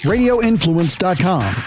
Radioinfluence.com